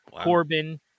Corbin